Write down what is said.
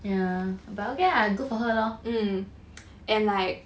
ya but okay lah good for her lor